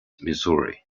missouri